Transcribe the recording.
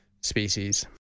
species